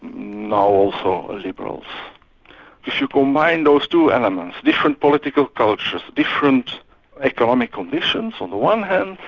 now also liberals. if you combine those two elements, different political cultures, different economic conditions on the one hand,